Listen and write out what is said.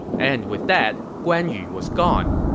and with that, guan yu was gone.